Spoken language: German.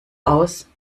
aus